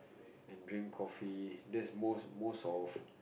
and drink coffee that's most most of